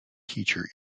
teacher